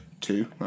Two